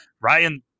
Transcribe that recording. Ryan